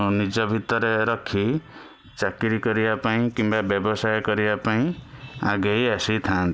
ନିଜ ଭିତରେ ରଖି ଚାକିରୀ କରିବା ପାଇଁ କିମ୍ବା ବ୍ୟବସାୟ କରିବା ପାଇଁ ଆଗେଇ ଆସିଥାନ୍ତି